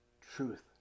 truth